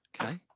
Okay